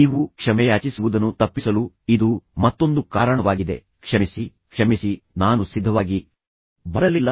ನೀವು ಕ್ಷಮೆಯಾಚಿಸುವುದನ್ನು ತಪ್ಪಿಸಲು ಇದು ಮತ್ತೊಂದು ಕಾರಣವಾಗಿದೆ ಕ್ಷಮಿಸಿ ಕ್ಷಮಿಸಿ ನಾನು ಸಿದ್ಧವಾಗಿ ಬರಲಿಲ್ಲ